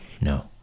no